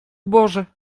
boże